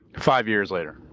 five years later.